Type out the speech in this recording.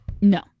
No